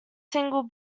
single